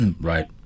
Right